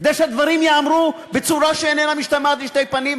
כדי שהדברים ייאמרו בצורה שאיננה משתמעת לשתי פנים,